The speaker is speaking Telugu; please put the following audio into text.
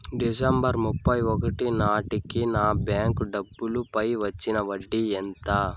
డిసెంబరు ముప్పై ఒకటి నాటేకి నా బ్యాంకు డబ్బుల పై వచ్చిన వడ్డీ ఎంత?